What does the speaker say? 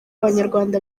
abanyarwanda